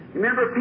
Remember